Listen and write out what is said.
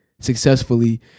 successfully